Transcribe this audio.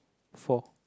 for